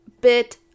bit